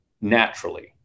naturally